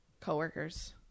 Co-workers